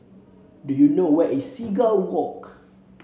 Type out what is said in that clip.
do you know where is Seagull Walk